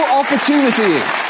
opportunities